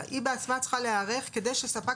היא צריכה בעצמה צריכה להיערך כדי שספק